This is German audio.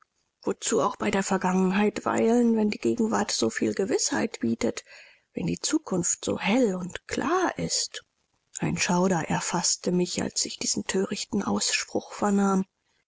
wozu auch bei der vergangenheit weilen wenn die gegenwart so viel gewißheit bietet wenn die zukunft so hell und klar ist ein schauder erfaßte mich als ich diesen thörichten ausspruch vernahm